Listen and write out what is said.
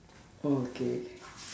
oh okay